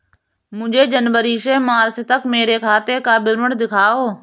मुझे जनवरी से मार्च तक मेरे खाते का विवरण दिखाओ?